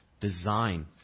design